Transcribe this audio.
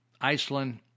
Iceland